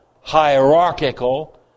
hierarchical